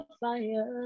fire